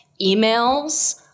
emails